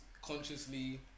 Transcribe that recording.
Consciously